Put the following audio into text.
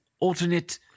alternate